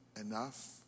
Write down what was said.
enough